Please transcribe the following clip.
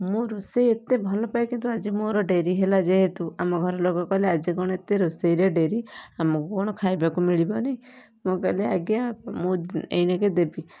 ମୁଁ ରୋଷେଇ ଏତେ ଭଲ ପାଏ କିନ୍ତୁ ଆଜି ମୋର ଡେରି ହେଲା ଯେହେତୁ ଆମ ଘର ଲୋକ କହିଲେ ଆଜି କ'ଣ ଏତେ ରୋଷେଇରେ ଡେରି ଆମକୁ କ'ଣ ଖାଇବାକୁ ମିଳିବନି ମୁଁ କହିଲି ଆଜ୍ଞା ମୁଁ ଏଇ ନେଇକି ଦେବି